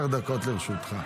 לרשותך.